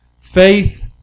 Faith